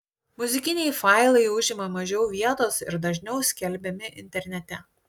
muzikiniai failai užima mažiau vietos ir dažniau skelbiami internete